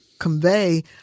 Convey